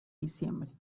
diciembre